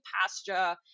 pasture